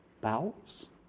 Bowels